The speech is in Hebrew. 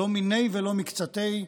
לא מניה ולא מקצתיה.